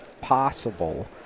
possible